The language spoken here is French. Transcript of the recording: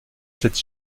cette